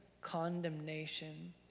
condemnation